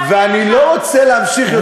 ואני לא רוצה להמשיך יותר מדי,